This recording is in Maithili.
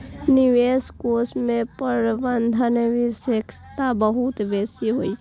निवेश कोष मे प्रबंधन विशेषज्ञता बहुत बेसी होइ छै